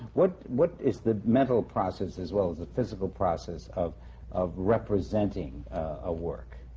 what what is the mental process as well as the physical process of of representing a work?